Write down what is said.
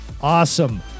Awesome